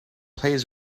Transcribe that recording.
plays